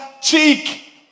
Cheek